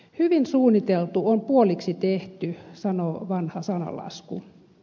hyvin suunniteltu on puoliksi tehty sanoo vanha sananlasku